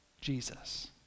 Jesus